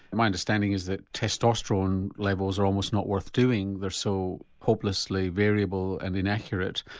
my understanding is that testosterone levels are almost not worth doing they are so hopelessly variable and inaccurate.